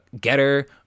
Getter